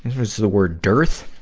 is the word. dearth,